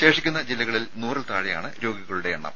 ശേഷിക്കുന്ന ജില്ലകളിൽ നൂറിൽ താഴെയാണ് രോഗികളുടെ എണ്ണം